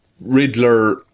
Riddler